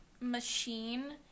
machine